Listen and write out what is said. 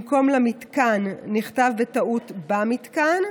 במקום "למתקן" נכתב בטעות "במתקן".